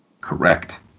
Correct